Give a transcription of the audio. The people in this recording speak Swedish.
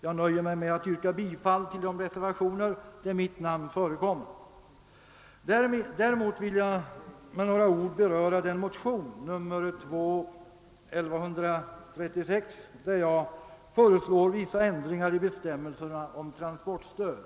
Jag nöjer mig med att yrka bifall till de reservationer där mitt namn förekommer. Däremot vill jag med några ord beröra den motion, nr II: 1366, i vilken jag föreslår vissa ändringar i bestämmelserna om transportstöd.